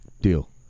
deal